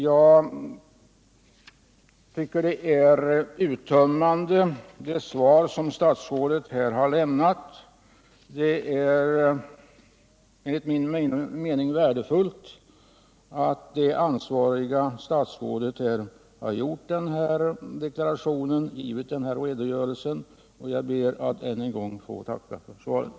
Jag tycker att det svar statsrådet här har lämnat är uttömmande. Det är enligt min mening värdefullt att det ansvariga statsrådet givit den här redogörelsen, och jag ber att ännu en gång få tacka för svaret.